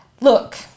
Look